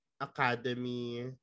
academy